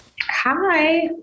Hi